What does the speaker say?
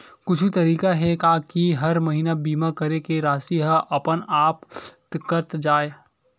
कुछु तरीका हे का कि हर महीना बीमा के राशि हा अपन आप कत जाय?